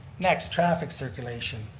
next, traffic circulation.